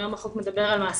כי היום החוק מדבר על מעסיקים.